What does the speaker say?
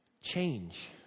Change